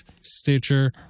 Stitcher